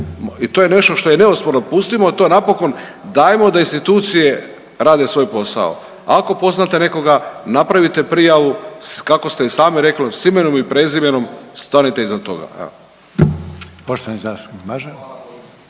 i to je nešto što je neosporno. Pustimo to napokon. Dajmo da institucije rade svoj posao. Ako poznate nekoga, napravite prijavu kako ste i sami rekli sa imenom i prezimenom stanite iza toga. **Reiner, Željko